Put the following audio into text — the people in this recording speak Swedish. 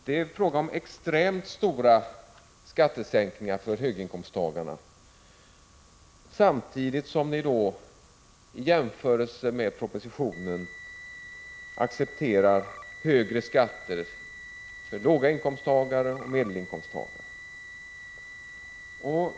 Det är fråga om extremt stora skattesänkningar för höginkomsttagarna, samtidigt som ni i jämförelse med propositionen accepterar högre skatt för låginkomsttagare och medelinkomsttagare.